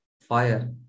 fire